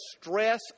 stress